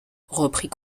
reprit